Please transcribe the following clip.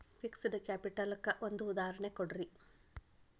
fixed capital ಕ್ಕ ಒಂದ್ ಉದಾಹರ್ಣಿ ಕೊಡ್ರಿ